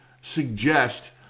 suggest